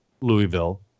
Louisville